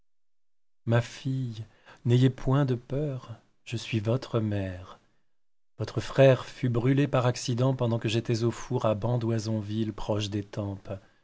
ma fille n'ayez point de peur je suis votre mère votre frère fut brûlé par accident pendant que j'étais au four à ban d'oisonville proche